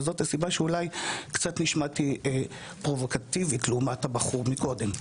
וזאת הסיבה שאולי נשמעתי קצת פרובוקטיבית לעומת הבחור מקודם.